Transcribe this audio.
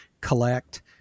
collect